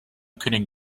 couldn’t